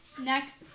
Next